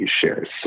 shares